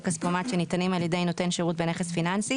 כספומט שניתנים על ידי נותן שירות בנכס פיננסי